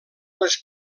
les